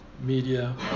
media